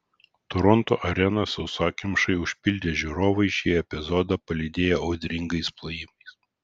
toronto areną sausakimšai užpildę žiūrovai šį epizodą palydėjo audringais plojimais